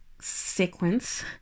sequence